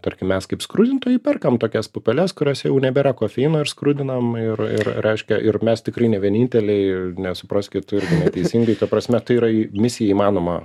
tarkim mes kaip skrudintojai perkam tokias pupeles kuriose jau nebėra kofeino ir skrudinam ir ir reiškia ir mes tikrai nevieninteliai nesupraskit neteisingai ta prasme tai yra misija įmanoma